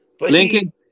Lincoln